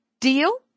Deal